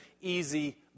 easy